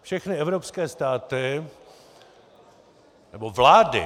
Všechny evropské státy... nebo vlády